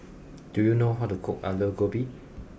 do you know how to cook aloo gobi